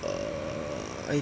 err